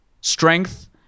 strength